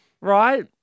right